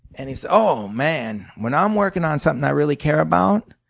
and he said oh, man, when i'm working on something i really care about,